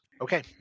Okay